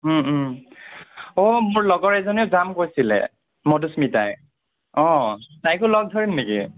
অঁ মোৰ লগৰ এজনেও যাম কৈছিলে মধুস্মিতাই অঁ তাইকো লগ ধৰিম নেকি